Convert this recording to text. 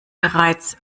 bereits